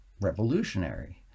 revolutionary